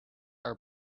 are